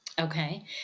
Okay